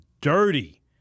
dirty